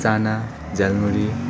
चाना झालमुरी